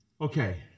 Okay